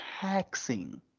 taxing